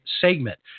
segment